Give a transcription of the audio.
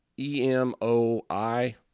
E-M-O-I